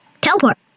Teleport